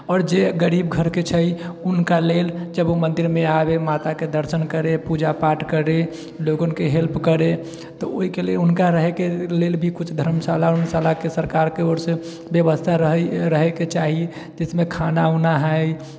आओर जे गरीब घरके छै हुनका लेल जब ओ मन्दिरमे आबै माताके दर्शन करै पूजा पाठ करै लोगनके हेल्प करै तऽ ओहिके लेल हुनका रहैके लेल भी किछु धर्मशाला उर्मशालाके सरकारके ओरसँ बेबस्था रहैके चाही जाहिमे खाना उना हइ